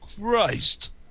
Christ